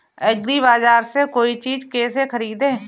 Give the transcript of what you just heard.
एग्रीबाजार से कोई चीज केसे खरीदें?